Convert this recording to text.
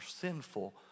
sinful